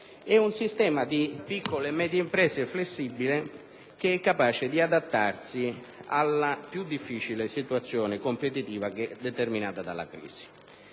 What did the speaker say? nostro sistema di piccole e medie imprese flessibile, capace di adattarsi alla più difficile situazione competitività determinata dalla crisi.